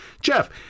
Jeff